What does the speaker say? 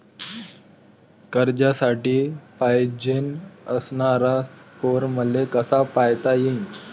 कर्जासाठी पायजेन असणारा स्कोर मले कसा पायता येईन?